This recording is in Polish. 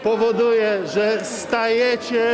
powoduje, że stajecie.